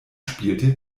spielte